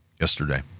yesterday